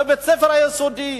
בבית-ספר יסודי,